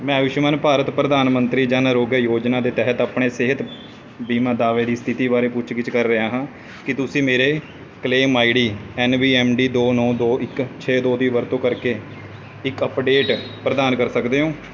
ਮੈਂ ਆਯੁਸ਼ਮਾਨ ਭਾਰਤ ਪ੍ਰਧਾਨ ਮੰਤਰੀ ਜਨ ਆਰੋਗਯ ਯੋਜਨਾ ਦੇ ਤਹਿਤ ਆਪਣੇ ਸਿਹਤ ਬੀਮਾ ਦਾਅਵੇ ਦੀ ਸਥਿਤੀ ਬਾਰੇ ਪੁੱਛ ਗਿੱਛ ਕਰ ਰਿਹਾ ਹਾਂ ਕੀ ਤੁਸੀਂ ਮੇਰੇ claim ID N B M D ਦੋ ਨੌਂ ਦੋ ਇੱਕ ਛੇ ਦੋ ਦੀ ਵਰਤੋਂ ਕਰਕੇ ਇੱਕ ਅੱਪਡੇਟ ਪ੍ਰਦਾਨ ਕਰ ਸਕਦੇ ਹੋ